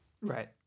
Right